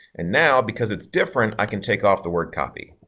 and now because it's different, i can take off the word copy.